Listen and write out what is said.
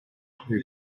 hoop